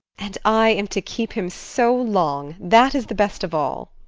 and i am to keep him so long! that is the best of all.